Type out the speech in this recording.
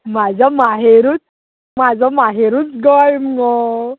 म्हजो माहेरूच म्हजो माहेरूच गोंय मुगो